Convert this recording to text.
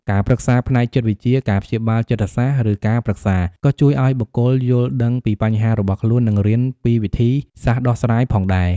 ការប្រឹក្សាផ្នែកចិត្តវិទ្យា ការព្យាបាលចិត្តសាស្ត្រ ឬការប្រឹក្សា ក៏ជួយឲ្យបុគ្គលយល់ដឹងពីបញ្ហារបស់ខ្លួន និងរៀនពីវិធីសាស្ត្រដោះស្រាយផងដែរ។